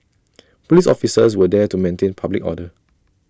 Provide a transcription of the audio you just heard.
Police officers were there to maintain public order